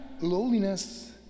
loneliness